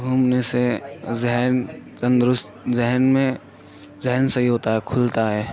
گھومنے سے ذہن تندرست ذہن میں ذہن سہی ہوتا ہے کھلتا ہے